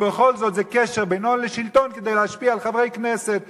ובכל זאת זה קשר בין הון לשלטון כדי להשפיע על חברי כנסת.